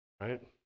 right